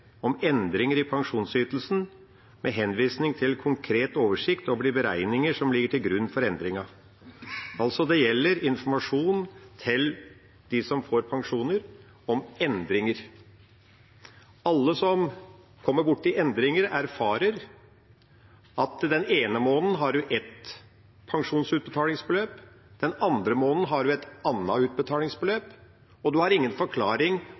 om endringer i pensjonsytelsen med henvisning til konkret oversikt over de beregninger som ligger til grunn for endringen.» Det gjelder altså informasjon om endringer til dem som får pensjoner. Alle som kommer borti endringer, erfarer at den ene måneden har en ett pensjonsutbetalingsbeløp, den andre måneden har en et annet utbetalingsbeløp, og en har ingen forklaring